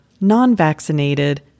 non-vaccinated